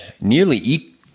nearly